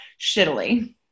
shittily